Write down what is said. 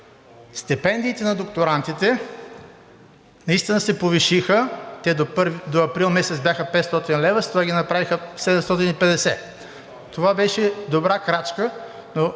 стипендиите на докторантите наистина се повишиха. До април месец те бяха 500 лв., след това ги направиха 750. Това беше добра крачка, но